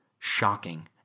shocking